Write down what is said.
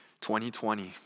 2020